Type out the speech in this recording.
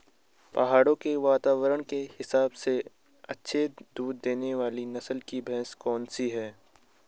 पहाड़ों के वातावरण के हिसाब से अच्छा दूध देने वाली नस्ल की भैंस कौन सी हैं?